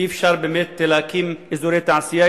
אי-אפשר באמת להקים אזורי תעשייה,